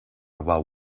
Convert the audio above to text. while